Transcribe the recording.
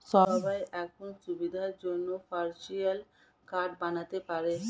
সবাই এখন সুবিধার জন্যে ভার্চুয়াল কার্ড বানাতে পারে